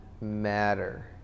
matter